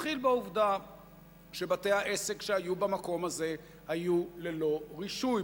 נתחיל בעובדה שבתי-העסק שהיו במקום הזה היו ללא רישוי,